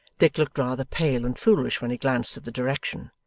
dick looked rather pale and foolish when he glanced at the direction,